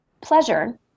pleasure